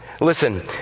Listen